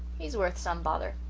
he's worth some bother.